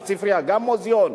גם מוזיאון,